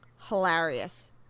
hilarious